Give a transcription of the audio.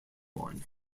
one